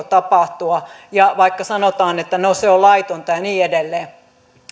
tapahtua vaikka sanotaan että no se on laitonta ja niin edelleen